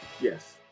Yes